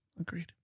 agreed